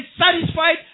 satisfied